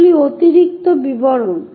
এগুলি অতিরিক্ত বিবরণ